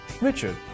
Richard